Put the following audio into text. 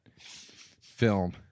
film